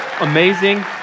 Amazing